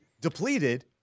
depleted